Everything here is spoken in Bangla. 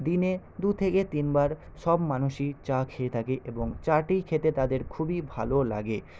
দিনে দু থেকে তিনবার সব মানুষই চা খেয়ে থাকে এবং চা টি খেতে তাদের খুবই ভালো লাগে